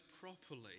properly